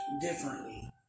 differently